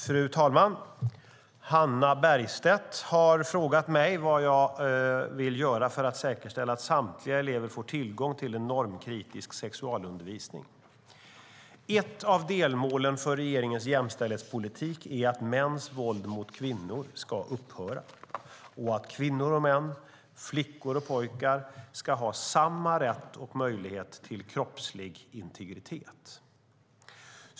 Fru talman! Hannah Bergstedt har frågat mig vad jag vill göra för att säkerställa att samtliga elever får tillgång till en normkritisk sexualundervisning. Ett av delmålen för regeringens jämställdhetspolitik är att mäns våld mot kvinnor ska upphöra och att kvinnor och män, flickor och pojkar, ska ha samma rätt och möjlighet till kroppslig integritet.